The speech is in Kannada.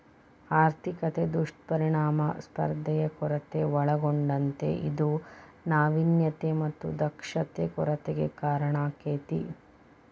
ಆರ್ಥಿಕತೆ ದುಷ್ಪರಿಣಾಮ ಸ್ಪರ್ಧೆಯ ಕೊರತೆ ಒಳಗೊಂಡತೇ ಇದು ನಾವಿನ್ಯತೆ ಮತ್ತ ದಕ್ಷತೆ ಕೊರತೆಗೆ ಕಾರಣಾಕ್ಕೆತಿ